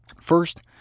First